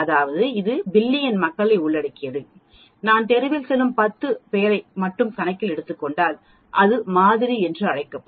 அதாவது இது பில்லியன் மக்களை உள்ளடக்கியது நான் தெருவில் செல்லும் பத்து பேரை மட்டும் கணக்கில் எடுத்துக் கொண்டால் அது மாதிரி என்று அழைக்கப்படும்